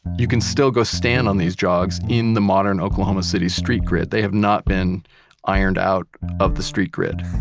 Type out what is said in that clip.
you can still go stand on these jogs in the modern oklahoma city street grid. they have not been ironed out of the street grid